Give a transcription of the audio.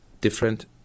different